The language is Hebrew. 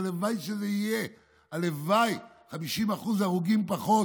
הלוואי שזה יהיה, הלוואי, 50% הרוגים פחות.